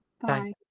bye